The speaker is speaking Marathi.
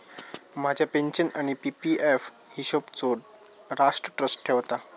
माझ्या पेन्शन आणि पी.पी एफ हिशोबचो राष्ट्र ट्रस्ट ठेवता